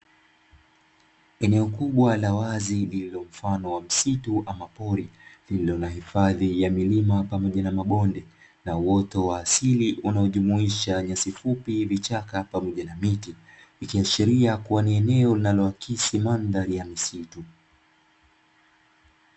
Eneo kubwa la wazi lililo mfano wa msitu ama pori, lililo na hifadhi ya milima pamoja na mabonde, na uoto wa asili wanaojumuisha nyasi fupi, vichaka pamoja na miti; ikiashiria kuwa ni eneo linaloakisi mandhari ya misitu.